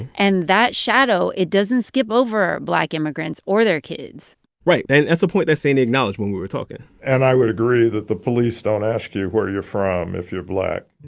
and that shadow, it doesn't skip over black immigrants or their kids right. and that's a point that sandy acknowledged when we were talking and i would agree that the police don't ask you where you're from if you're black.